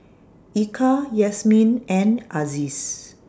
Eka Yasmin and Aziz